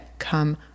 come